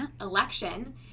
election